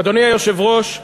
אדוני היושב-ראש,